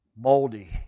moldy